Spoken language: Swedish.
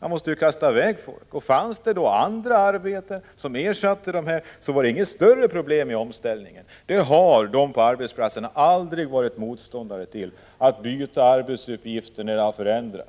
Man måste kasta i väg folk. Fanns det andra arbeten som ersatte dem som faller bort, vore det inget större problem med omställningen. Man har på arbetsplatserna aldrig varit motståndare till att byta arbetsuppgifter vid förändringar.